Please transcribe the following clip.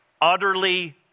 utterly